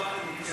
וקנין התקנא